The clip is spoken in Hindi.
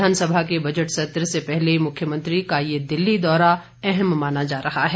विधानसभा के बजट सत्र से पहले मुख्यमंत्री का ये दिल्ली दौरा अहम माना जा रहा है